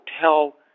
tell